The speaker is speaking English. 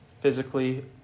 physically